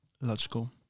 logical